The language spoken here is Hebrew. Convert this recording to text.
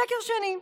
שקר שני: